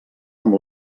amb